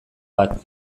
bat